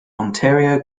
ontario